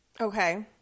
okay